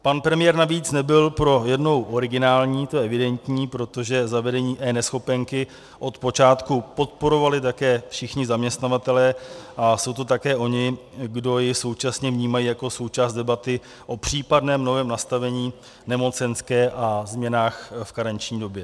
Pan premiér navíc nebyl pro jednou originální, to je evidentní, protože zavedení eNeschopenky od počátku podporovali také všichni zaměstnavatelé a jsou to také oni, kdo ji současně vnímají jako součást debaty o případném novém nastavení nemocenské a změn v karenční době.